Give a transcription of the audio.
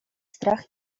strach